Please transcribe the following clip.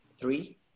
three